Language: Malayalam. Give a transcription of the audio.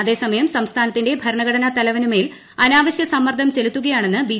അതേസമയം സംസ്ഥാനത്തിന്റെ ഭരണഘടനാത്തലവനു മേൽ അനാവശ്യ സമ്മർദ്ദം ചെലുത്തുകയാണെന്ന് ബി